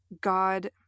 god